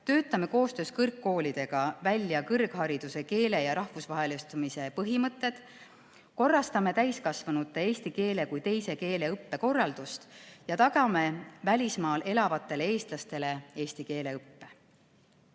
Töötame koostöös kõrgkoolidega välja kõrghariduse keele ja rahvusvahelistumise põhimõtted. Korrastame täiskasvanute eesti keele kui teise keele õppe korraldust ja tagame välismaal elavatele eestlastele eesti keele õppe.